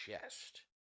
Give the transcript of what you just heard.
chest